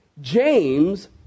James